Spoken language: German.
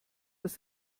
das